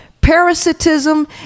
parasitism